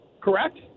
correct